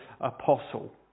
apostle